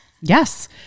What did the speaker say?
Yes